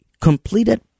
completed